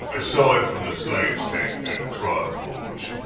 aside from the slayer's take and the trial forge,